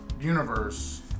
Universe